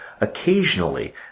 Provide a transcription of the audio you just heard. Occasionally